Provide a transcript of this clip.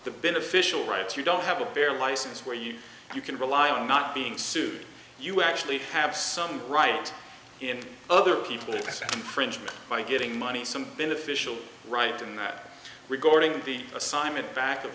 the beneficial rights you don't have a fair license where you you can rely on not being sued you actually have some right in other people to print by getting money some beneficial right to matter regarding the assignment back